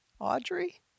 Audrey